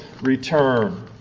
return